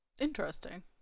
Interesting